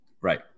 Right